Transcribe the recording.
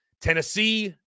Tennessee